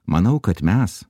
manau kad mes